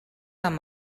amb